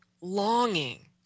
longing